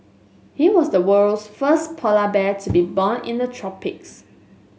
he was the world's first polar bear to be born in the tropics